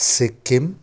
Sikkim